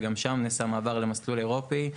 וגם שם נעשה מעבר למסלול אירופי.